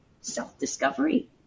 self-discovery